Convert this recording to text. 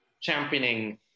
championing